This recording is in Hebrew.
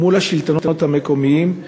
מול השלטונות המקומיים?